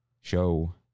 show